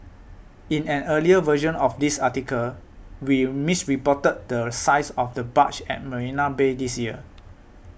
in an earlier version of this article we misreported the size of the barge at Marina Bay this year